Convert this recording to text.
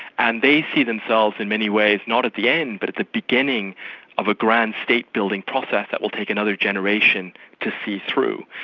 and they see themselves in many ways not at the end, but at the beginning of a grand state-building process that will take another generation to see through.